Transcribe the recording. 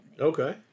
Okay